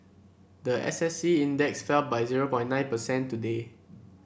the S S E Index fell by zero point nine percent today